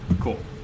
Cool